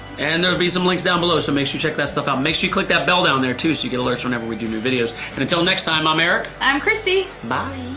and there'll be some links down below so make sure you check that stuff out. make sure you click that bell down there, too so you get alerts whenever we do new videos. and until next time i'm eric, i'm kristy. bye.